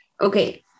okay